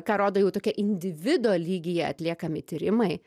ką rodo jau tokie individo lygyje atliekami tyrimai